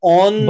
on